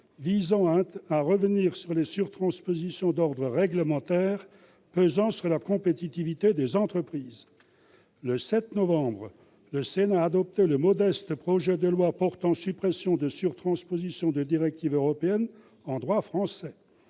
visant à revenir sur les sur-transpositions réglementaires pesant sur la compétitivité des entreprises françaises. Le 7 novembre dernier, le Sénat a adopté le modeste projet de loi portant suppression de sur-transpositions de directives européennes en droit français,